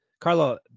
Carlo